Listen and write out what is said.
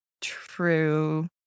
True